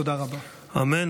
תודה רבה.